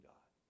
God